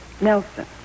Nelson